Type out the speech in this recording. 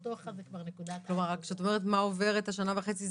לאותו אחד זה כבר נקודה --- כשאת אומרת מה עוברת השנה וחצי,